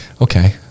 okay